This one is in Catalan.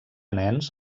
nens